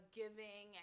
giving